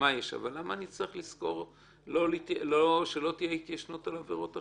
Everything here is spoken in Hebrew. אבל למה אני צריך שלא תהיה התיישנות על עבירות אחרות?